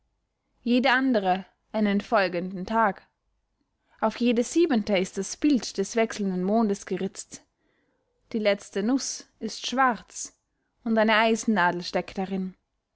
jede andere einen folgenden tag auf jede siebente ist das bild des wechselnden mondes geritzt die letzte nuß ist schwarz und eine eisennadel steckt darin